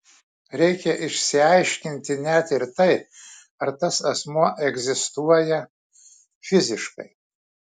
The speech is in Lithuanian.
reikia išsiaiškinti net ir tai ar tas asmuo egzistuoja fiziškai